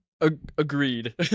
Agreed